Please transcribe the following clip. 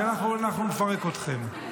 כי אנחנו נפרק אתכם.